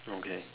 okay